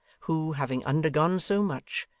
who, having undergone so much,